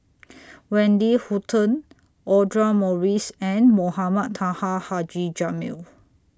Wendy Hutton Audra Morrice and Mohamed Taha Haji Jamil